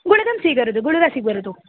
गुलिकां स्वीकरोतु गुलिकां स्वीकरोतु